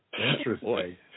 Interesting